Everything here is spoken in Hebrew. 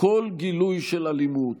כל גילוי של אלימות,